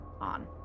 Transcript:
on